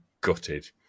gutted